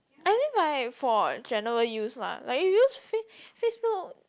I mean like for general use lah like you use Face Facebook